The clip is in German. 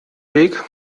weg